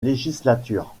législature